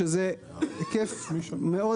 שזה היקף מאוד